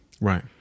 right